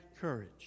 courage